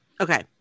Okay